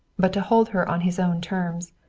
but to hold her on his own terms.